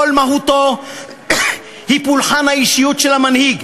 כל מהותו היא פולחן האישיות של המנהיג.